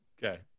okay